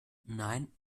nein